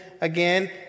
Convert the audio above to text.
again